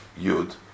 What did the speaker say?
Yud